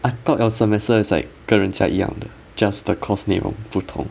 I thought your semester is like 跟人家一样的 just the course 内容不同